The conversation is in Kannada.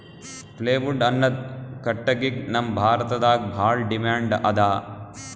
ಪ್ಲೇವುಡ್ ಅನ್ನದ್ ಕಟ್ಟಗಿಗ್ ನಮ್ ಭಾರತದಾಗ್ ಭಾಳ್ ಡಿಮ್ಯಾಂಡ್ ಅದಾ